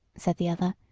said the other,